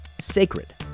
sacred